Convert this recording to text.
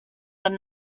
than